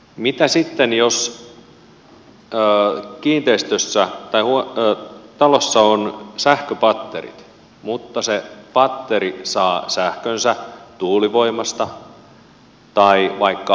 mitä sitten jos kiinteistössä tai talossa on sähköpatterit mutta patteri saa sähkönsä tuulivoimasta tai vaikka aurinkopaneeleista